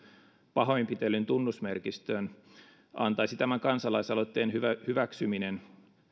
pahoinpitelyn tunnusmerkistön antaisi tämä kansalaisaloitteen hyväksyminen